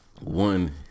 one